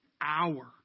hour